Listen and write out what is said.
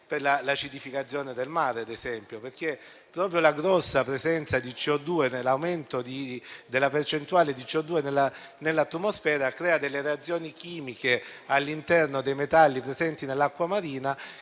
per l'acidificazione del mare, ad esempio. Infatti, proprio il grande aumento della percentuale di CO₂ nell'atmosfera crea delle reazioni chimiche all'interno dei metalli presenti nell'acqua marina